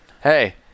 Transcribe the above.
Hey